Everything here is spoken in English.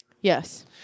Yes